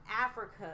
africa